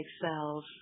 cells